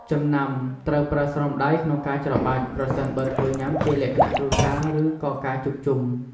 ចំណាំ ត្រូវប្រើស្រោមដៃក្នុងការច្របាច់ប្រសិនបើធ្វើញ៉ាំជាលក្ខណៈគ្រួសារ ឬក៏ការជួបជុំ។